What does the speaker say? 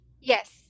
Yes